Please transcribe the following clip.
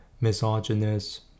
misogynist